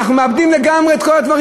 אנחנו מאבדים לגמרי את כל הדברים.